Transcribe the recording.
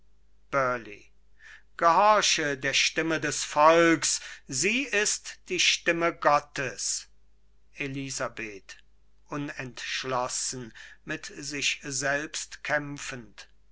gehorche der stimme des volks sie ist die stimme gottes elisabeth unentschlossen mit sich selbst kämpfend